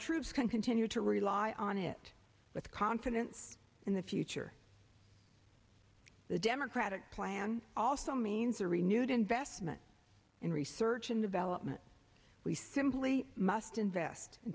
troops can continue to rely on it with confidence in the future the democratic plan also means a renewed investment in research and development we simply must invest in